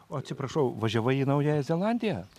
atsiprašau važiavai į naująją zelandiją